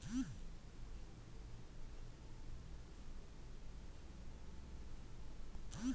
canning ಆಹಾರ ಸಂರಕ್ಷಣೆ ಒಂದು ವಿಧಾನ ಕ್ಯಾನಿಂಗ್ಲಿ ಆಹಾರವ ಸಂಸ್ಕರಿಸಿ ಗಾಳಿಯಾಡದ ಕಂಟೇನರ್ನಲ್ಲಿ ಮುಚ್ತಾರೆ